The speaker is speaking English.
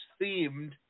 Themed